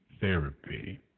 therapy